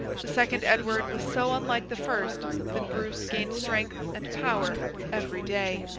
the second edward was so unlike the first that bruce gained strength and power every day.